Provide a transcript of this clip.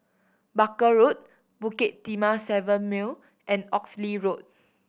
Barker Road Bukit Timah Seven Mile and Oxley Road